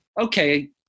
Okay